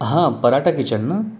हां पराठा किचन ना